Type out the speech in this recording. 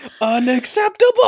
Unacceptable